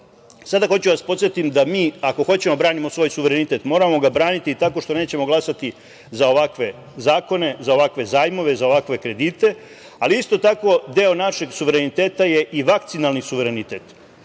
Sada hoću da vas podsetim da mi, ako hoćemo da branimo svoj suverenitet, moramo ga braniti tako što nećemo glasati za ovakve zakone, za ovakve zajmove, za ovakve kredite, ali isto tako deo našeg suvereniteta je i vakcinalni suverenitet.U